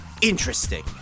interesting